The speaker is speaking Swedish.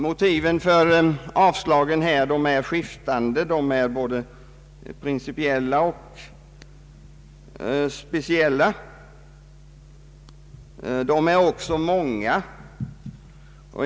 Motiven för avslagen är skiftande — de är både principiella och speciella. De är också många.